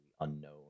unknown